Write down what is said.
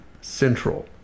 Central